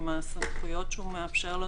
עם הסמכויות שהוא מאפשר לנו,